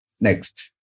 Next